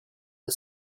the